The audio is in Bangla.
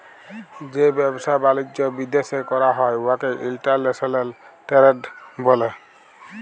যে ব্যবসা বালিজ্য বিদ্যাশে ক্যরা হ্যয় উয়াকে ইলটারল্যাশলাল টেরেড ব্যলে